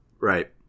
Right